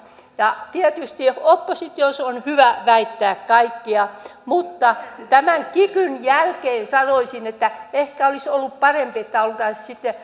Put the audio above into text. tietysti oppositiossa on hyvä väittää kaikkea mutta tämän kikyn jälkeen sanoisin että ehkä olisi ollut parempi että oltaisiin sitten